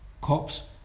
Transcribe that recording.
Cops